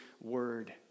word